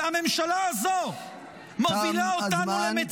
והממשלה הזו -- תם הזמן,